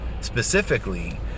specifically